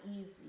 easy